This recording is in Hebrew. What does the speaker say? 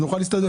לא.